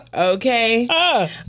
okay